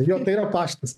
jo tai yra paštas